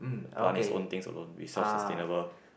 plant his own things alone with self sustainable